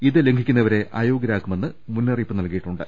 ഇത് ലംഘിക്കുന്നവരെ അയോഗൃരാക്കുമെന്ന് മുന്നറിയിപ്പ് നൽകിയിട്ടുണ്ട്